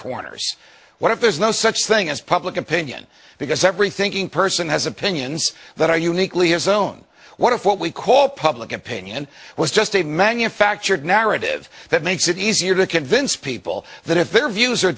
corners what if there's no such thing as public opinion because every thinking person has opinions that are uniquely his own what if what we call public opinion was just a manufactured narrative that makes it easier to convince people that if their views are